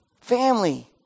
Family